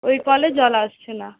ওই কলে জল আসছে না